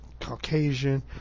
Caucasian